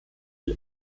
die